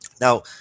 Now